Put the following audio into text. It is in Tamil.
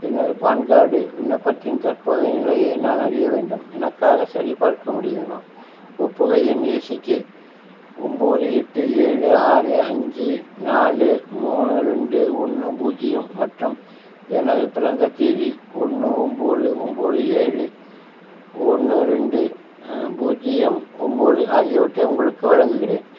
எனது பான் கார்டு விண்ணப்பத்தின் தற்போதைய நிலையை நான் அறிய வேண்டும் எனக்காக சரிபார்க்க முடியுமா ஒப்புகை எண் ஏ சி கே ஒம்போது எட்டு ஏழு ஆறு அஞ்சு நாலு மூணு ரெண்டு ஒன்று பூஜ்ஜியம் மற்றும் எனது பிறந்த தேதி ஒன்று ஒம்போது ஒம்போது ஏழு ஒன்று ரெண்டு பூஜ்ஜியம் ஒம்போது ஆகியவற்றை உங்களுக்கு வழங்குகிறேன்